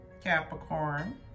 Capricorn